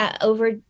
over